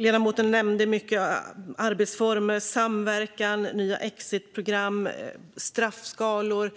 Ledamoten nämnde mycket: arbetsformer, samverkan, nya exitprogram och straffskalor.